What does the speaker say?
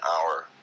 hour